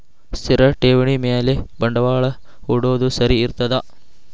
ಸ್ಥಿರ ಠೇವಣಿ ಮ್ಯಾಲೆ ಬಂಡವಾಳಾ ಹೂಡೋದು ಸರಿ ಇರ್ತದಾ?